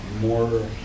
more